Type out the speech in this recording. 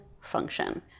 function